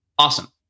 awesome